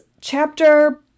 chapter